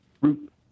root